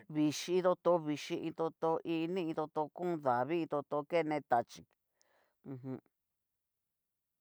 Vixhi iin toto vixhíi iin toto i'ni iin toto kon davii iin toto kene tachí u jum.